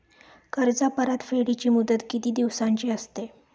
कर्ज परतफेडीची मुदत किती दिवसांची असते?